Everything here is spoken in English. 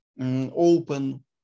open